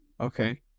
okay